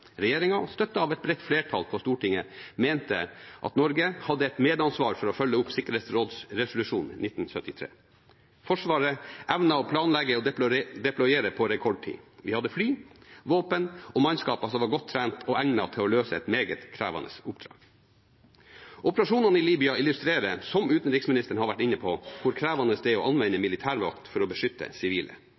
av et bredt flertall på Stortinget, mente at Norge hadde et medansvar for å følge opp sikkerhetsrådsresolusjon 1973. Forsvaret evnet å planlegge og deployere på rekordtid. Vi hadde fly, våpen og mannskaper som var godt trent og egnet for å løse et meget krevende oppdrag. Operasjonene i Libya illustrerer, som utenriksministeren har vært inne på, hvor krevende det er å anvende militærmakt for å beskytte sivile.